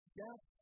death